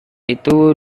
itu